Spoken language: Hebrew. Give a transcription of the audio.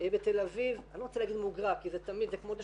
ומה קרה